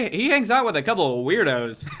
he hangs out with a couple of weirdos.